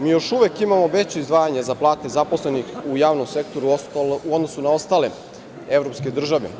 Mi još uvek imamo veće izdvajanje za plate zaposlenih u javnom sektoru u odnosu na ostale evropske države.